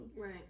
Right